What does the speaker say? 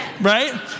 right